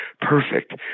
perfect